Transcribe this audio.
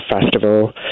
festival